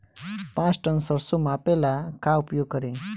पाँच टन सरसो मापे ला का उपयोग करी?